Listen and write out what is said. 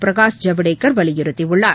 பிரகாஷ் ஜவடேகர் வலியுறுத்தியுள்ளார்